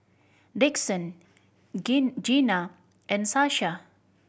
Dixon Gemu Gena and Sasha